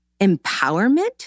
empowerment